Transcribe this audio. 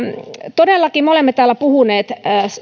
todellakin me olemme täällä puhuneet